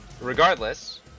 Regardless